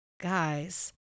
guys